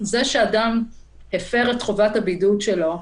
זה שאדם הפר את חובת הבידוד שלו,